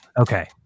Okay